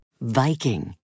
Viking